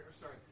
sorry